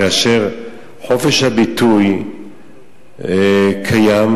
כאשר חופש הביטוי קיים,